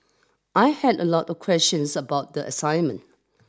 I had a lot of questions about the assignment